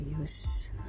use